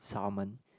salmon